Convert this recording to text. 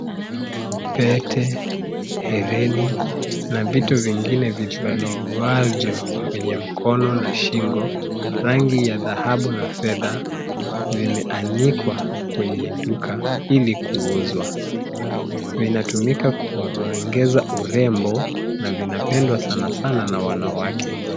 Pete, herini, na vitu vingine vivaliwavyo kwenye mkono na shingo, rangi ya dhahabu na fedha, vimeanikwa kwenye duka, ili kuuzwa. Vinatumika kuongeza urembo, na vinapendwa sana sana na wanawake.